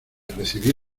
recibir